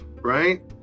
right